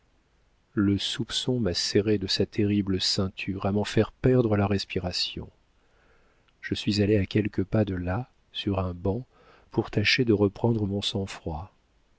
soupçon m'a serrée de sa terrible ceinture à m'en faire perdre la respiration je suis allée à quelques pas de là sur un banc pour tâcher de reprendre mon sang-froid